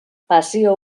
pasio